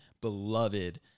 beloved